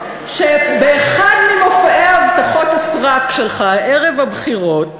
שבאחד ממופעי הבטחות הסרק שלך ערב הבחירות